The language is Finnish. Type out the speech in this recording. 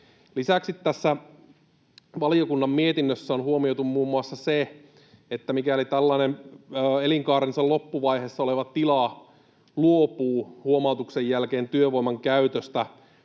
Lisäksi tässä valiokunnan mietinnössä on huomioitu muun muassa se, että mikäli tällainen elinkaarensa loppuvaiheessa oleva tila luopuu huomautuksen jälkeen työvoiman käytöstä